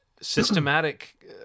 systematic